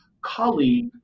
colleague